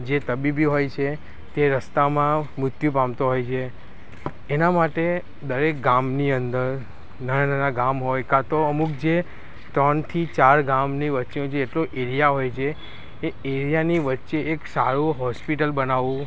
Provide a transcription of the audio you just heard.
જે તબીબી હોય છે તે રસ્તામાં મૃત્યુ પામતો હોય છે એના માટે દરેક ગામની અંદર નાનાં નાનાં ગામ હોય કાં તો અમુક જે ત્રણ થી ચાર ગામની વચ્ચેનો જે એટલો એરિયા હોય છે એ એરિયાની વચ્ચે એક સારૂં હોસ્પિટલ બનાવવું